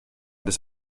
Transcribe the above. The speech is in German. des